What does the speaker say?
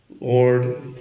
Lord